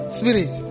spirit